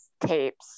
tapes